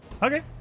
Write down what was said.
Okay